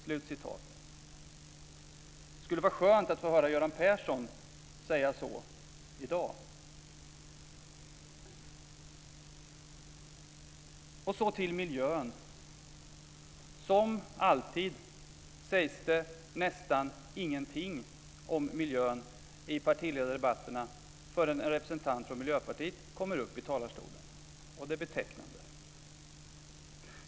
Det skulle vara skönt att få höra Göran Persson säga så i dag. Låt mig så gå över till miljön. Som alltid sägs det nästan ingenting om miljön i partiledaredebatterna förrän en representant för Miljöpartiet kommer upp i talarstolen, och det är betecknande.